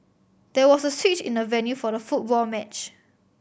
there was a switch in the venue for the football match